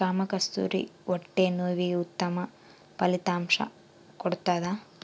ಕಾಮಕಸ್ತೂರಿ ಹೊಟ್ಟೆ ನೋವಿಗೆ ಉತ್ತಮ ಫಲಿತಾಂಶ ಕೊಡ್ತಾದ